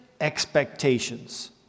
expectations